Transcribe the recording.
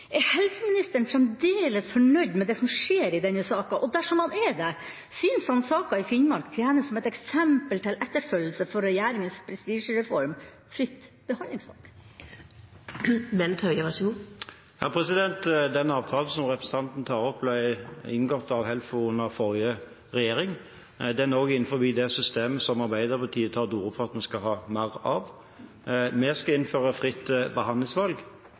Er helseministeren fremdeles fornøyd med det som skjer i denne saka? Og dersom han er det, synes han saka i Finnmark tjener som et eksempel til etterfølgelse for regjeringas prestisjereform fritt behandlingsvalg? Den avtalen som representanten tar opp, ble inngått av HELFO under forrige regjering. Den er også i det systemet som Arbeiderpartiet tar til orde for at vi skal ha mer av. Vi skal innføre fritt behandlingsvalg.